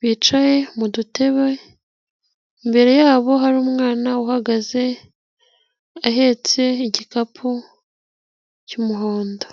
bicaye mu dutebe, imbere yabo hari umwana uhagaze ahetse igikapu cy'umuhondo.